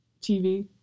TV